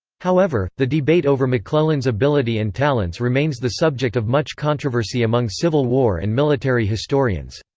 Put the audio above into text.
however, the debate over mcclellan's ability and talents remains the subject of much controversy among civil war and military historians.